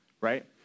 right